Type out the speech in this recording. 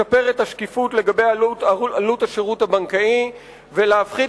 לשפר את השקיפות לגבי עלות השירות הבנקאי ולהפחית